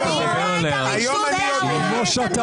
תזכיר לנו איזה ראש ממשלה